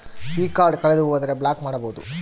ಈ ಕಾರ್ಡ್ ಕಳೆದು ಹೋದರೆ ಬ್ಲಾಕ್ ಮಾಡಬಹುದು?